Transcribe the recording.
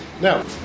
Now